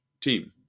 team